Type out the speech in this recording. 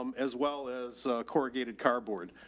um as well as a corrugated cardboard.